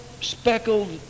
speckled